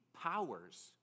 powers